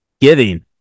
giving